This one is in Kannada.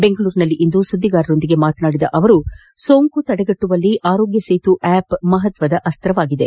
ಬೆಂಗಳೂರಿನಲ್ಲಿಂದು ಸುದ್ದಿಗಾರರೊಂದಿಗೆ ಮಾತನಾಡಿದ ಅವರು ಸೋಂಕು ತಟೆಗಟ್ಟುವಲ್ಲಿ ಆರೋಗ್ಯ ಸೇತು ಆ್ಯಪ್ ಮಹತ್ವದ ಅಸ್ತವಾಗಿದೆ